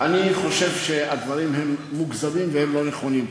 אני חושב שהדברים הם מוגזמים והם לא נכונים.